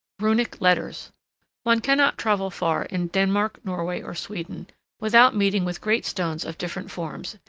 runic letters one cannot travel far in denmark, norway, or sweden without meeting with great stones of different forms,